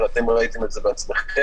ואתם ראיתם את זה בעצמכם.